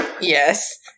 Yes